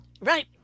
Right